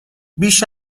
بیش